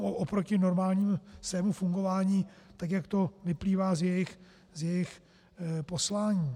Oproti normálnímu svému fungování, tak jak to vyplývá z jejich poslání?